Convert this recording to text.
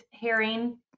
herring